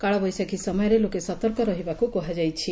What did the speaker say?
କାଳବୈଶାଖୀ ସମୟରେ ଲୋକେ ସତର୍କ ରହିବାକୁ କୁହାଯାଇଛି